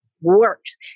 works